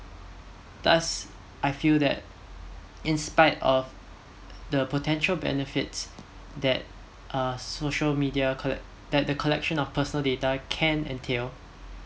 thus I feel that in spite of the potential benefits that uh social media collect that the collection of personal data can entail